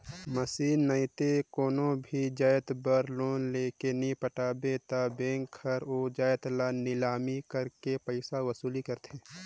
machine नइते कोनो भी जाएत बर लोन लेके नी पटाबे ता बेंक हर ओ जाएत ल लिलामी करके पइसा वसूली करथे